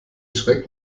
schreck